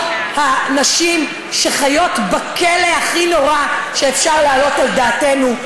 הנשים שחיות בכלא הכי נורא שאפשר להעלות על דעתנו,